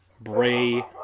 Bray